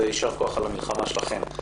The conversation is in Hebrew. יישר כוח על המלחמה שלכן.